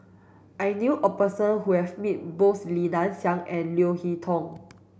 I knew a person who has met both Li Nanxing and Leo Hee Tong